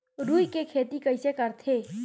रुई के खेती कइसे करथे?